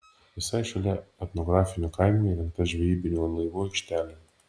visai šalia etnografinio kaimo įrengta žvejybinių laivų aikštelė